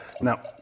Now